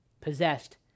possessed